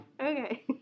Okay